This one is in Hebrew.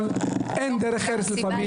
אבל אין דרך ארץ לפעמים,